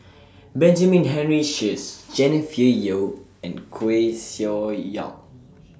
Benjamin Henry Sheares Jennifer Yeo and Koeh Sia Yong